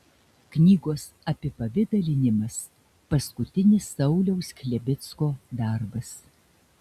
knygos apipavidalinimas paskutinis sauliaus chlebinsko darbas